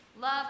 Love